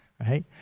right